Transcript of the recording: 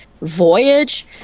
voyage